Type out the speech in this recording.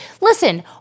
Listen